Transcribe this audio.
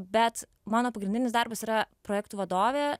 bet mano pagrindinis darbas yra projektų vadovė